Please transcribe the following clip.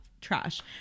trash